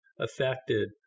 affected